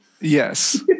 Yes